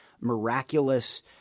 miraculous